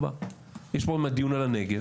4. יש פה דיון על הנגב.